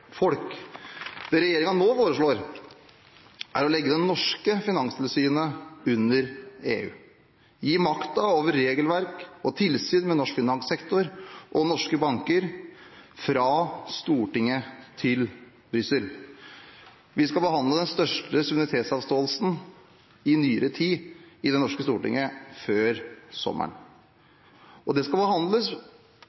folk. Det regjeringen nå foreslår, er å legge det norske finanstilsynet under EU, gi makten over regelverk og tilsyn med norsk finanssektor og norske banker fra Stortinget til Brussel. Vi skal behandle den største suverenitetsavståelsen i nyere tid i det norske stortinget før